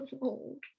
old